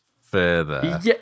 further